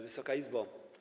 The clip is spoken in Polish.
Wysoka Izbo!